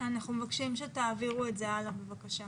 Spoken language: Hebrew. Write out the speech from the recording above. אנחנו מבקשים שתעבירו את זה הלאה בבקשה.